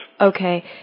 Okay